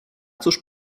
cóż